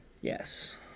Yes